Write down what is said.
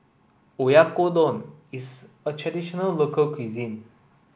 Oyakodon is a traditional local cuisine